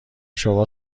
شما